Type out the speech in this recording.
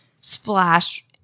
Splash